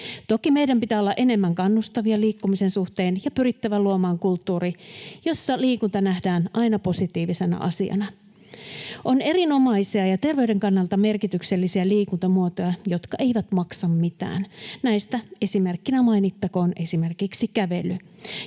Toki meidän pitää olla enemmän kannustavia liikkumisen suhteen ja pyrittävä luomaan kulttuuri, jossa liikunta nähdään aina positiivisena asiana. On erinomaisia ja terveyden kannalta merkityksellisiä liikuntamuotoja, jotka eivät maksa mitään. Näistä esimerkkinä mainittakoon kävely,